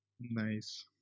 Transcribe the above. Nice